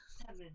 Seven